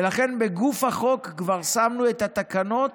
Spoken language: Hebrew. ולכן בגוף החוק כבר שמנו את התקנות